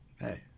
hey